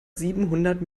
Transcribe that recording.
siebenhundert